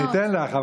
אני אתן לך,